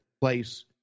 place